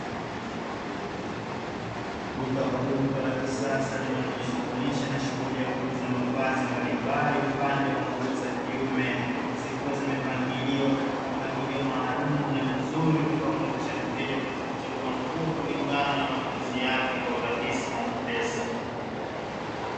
Duka la kisasa linalojishughulisha na shughuli ya kuuza mavazi mbalimbali kwa upande wa nguo za kiume, zikiwa zimepangiliwa katika mpangilio maalum na mzuri utakaomwezesha mteja kuweza kuchagua nguo kulingana na mapenzi yake kwa urahisi .